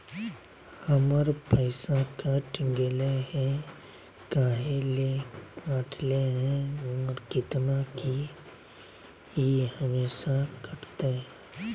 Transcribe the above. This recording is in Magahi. हमर पैसा कट गेलै हैं, काहे ले काटले है और कितना, की ई हमेसा कटतय?